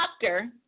doctor